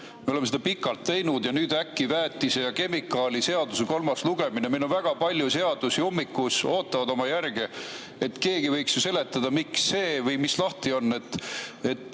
me oleme seda pikalt teinud. Ja nüüd äkki väetise‑ ja kemikaaliseaduse kolmas lugemine. Meil on väga palju seadusi ummikus, mis ootavad oma järge. Keegi võiks ju seletada, miks just need või mis lahti on, et